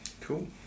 Cool